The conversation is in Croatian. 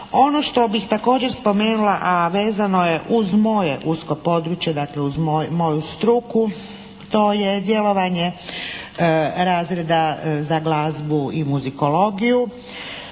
Ono što bih također spomenula a vezano je uz moje usko područje dakle uz moju struku to je djelovanje razreda za glazbu i muzikologiju